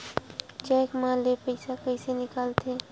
Cheque म ले पईसा कइसे निकलथे?